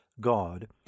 God